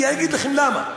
אגיד לכם למה.